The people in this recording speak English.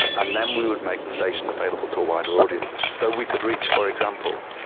and then we would make the station available to a wider audience so we could reach, for example,